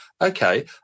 okay